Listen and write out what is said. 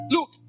Look